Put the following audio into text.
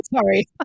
sorry